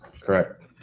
Correct